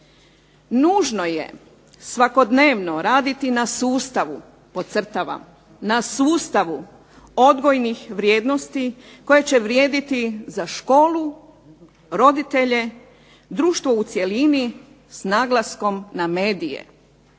na sustavu, podcrtavam, na sustavu odgojnih vrijednosti koje će vrijediti za školu, roditelje, društvo u cjelini s naglaskom na medije.